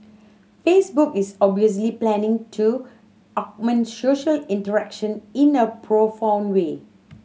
Facebook is obviously planning to augment social interaction in a profound way